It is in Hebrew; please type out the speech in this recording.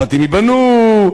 הבתים ייבנו.